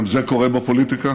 גם זה קורה בפוליטיקה,